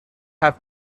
have